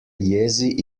jezi